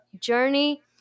journey